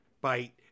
bite